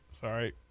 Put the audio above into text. Sorry